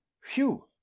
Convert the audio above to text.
phew